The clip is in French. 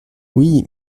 oui